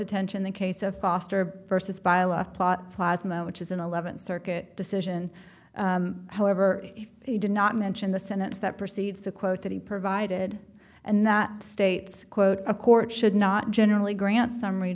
attention the case of foster versus bylaw thought plasma which is an eleventh circuit decision however if he did not mention the sentence that precedes the quote that he provided and that states quote a court should not generally grant summary